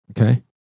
Okay